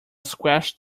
squashed